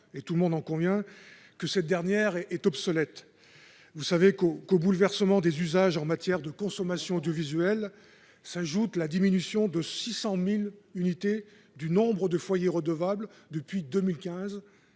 que- tout le monde en convient -cette dernière est obsolète. Au bouleversement des usages en matière de consommation audiovisuelle s'ajoute la diminution de 600 000 unités du nombre de foyers redevables depuis 2015